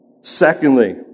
Secondly